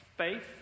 faith